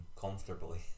comfortably